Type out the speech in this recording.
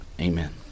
Amen